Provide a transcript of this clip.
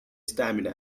stamina